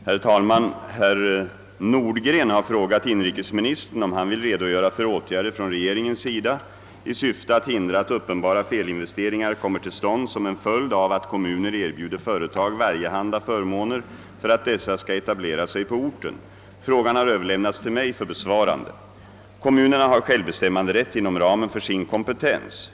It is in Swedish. Herr talman! Herr Nordgren har frågat inrikesministern om han vill redogöra för åtgärder från regeringens sida i syfte att hindra att uppenbara felinvesteringar kommer till stånd som en följd av att kommuner erbjuder företag varjehanda förmåner för att dessa skall etablera sig på orten. Frågan har överlämnats till mig för besvarande. Kommunerna har självbestämmanderätt inom ramen för sin kompetens.